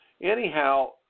anyhow